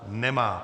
Nemá.